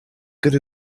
good